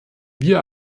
wir